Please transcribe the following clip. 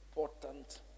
important